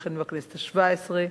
וכן בכנסת השבע-עשרה,